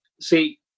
See